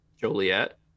Joliet